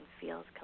feels